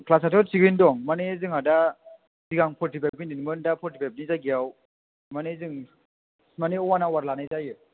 क्लासआथ' थिगैनो दं मानि जोंहा दा सिगां फरटिफाइभ मिनिटमोन दा फरटिफाइभनि जायगायाव माने जों माने अवान आवार लानाय जायो